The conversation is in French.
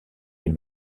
les